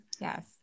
Yes